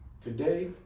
today